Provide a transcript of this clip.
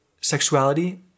sexuality